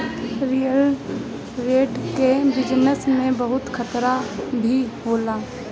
real state कअ business में बहुते खतरा भी होला